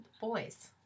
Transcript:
boys